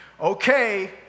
okay